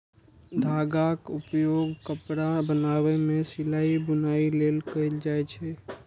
धागाक उपयोग कपड़ा बनाबै मे सिलाइ, बुनाइ लेल कैल जाए छै